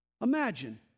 Imagine